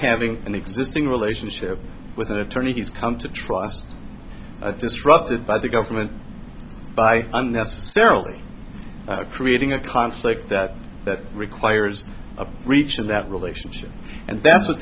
having an existing relationship with an attorney he's come to trust disrupted by the government by unnecessarily creating a conflict that that requires a breach of that relationship and that's what